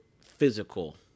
physical